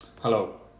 Hello